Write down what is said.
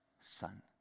son